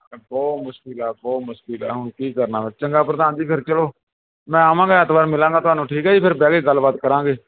ਬਹੁਤ ਮੁਸ਼ਕਿਲ ਆ ਬਹੁਤ ਮੁਸ਼ਕਿਲ ਆ ਹੁਣ ਕੀ ਕਰਨਾ ਚੰਗਾ ਪ੍ਰਧਾਨ ਜੀ ਫਿਰ ਚਲੋ ਮੈਂ ਆਵਾਂਗਾ ਐਤਵਾਰ ਮਿਲਾਂਗਾ ਤੁਹਾਨੂੰ ਠੀਕ ਹੈ ਜੀ ਫਿਰ ਬਹਿ ਕੇ ਗੱਲਬਾਤ ਕਰਾਂਗੇ